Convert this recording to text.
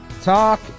talk